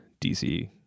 DC